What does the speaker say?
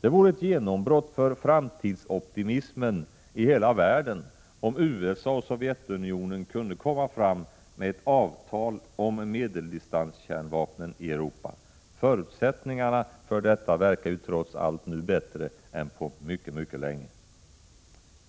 Det vore ett genombrott för framtidsoptimismen i hela världen om USA och Sovjetunionen kunde komma fram till ett avtal om medeldistanskärnvapnen i Europa. Förutsättningarna för detta verkar trots allt nu bättre än på mycket länge.